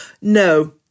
No